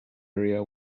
area